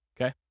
Okay